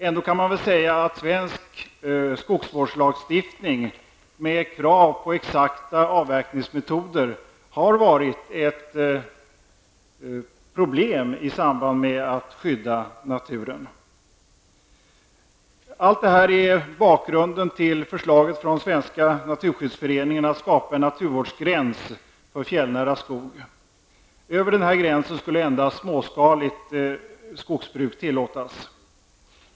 Ändå kan man väl säga att svensk skogsvårdslagstiftning -- med krav på exakta avverkningsmetoder -- har varit ett problem när det gäller att skydda naturen. Allt det här är bakgrunden till förslaget från Svenska naturskyddsföreningen att skapa en naturvårdsgräns för fjällnära skog. Över denna gräns skulle endast småskaligt skogsbruk tillåtas.